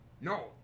no